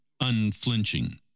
unflinching